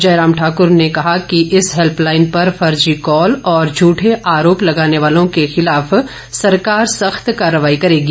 जयराम ठाक्र ने कहा कि इस हैल्प लाईन पर फर्जी कॉल और झूठे आरोप लगाने वालों के खिलाफ सरकार सख्त कार्रवाई करेगी